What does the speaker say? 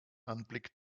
anblick